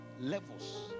Levels